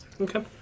Okay